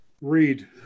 Read